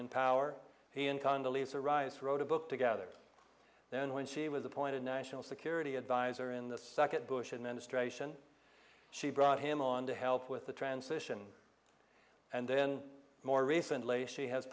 congolese arise wrote a book together then when she was appointed national security advisor in the second bush administration she brought him on to help with the transition and then more recently she has